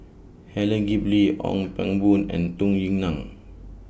Helen Gilbey Ong Pang Boon and Dong Yue Nang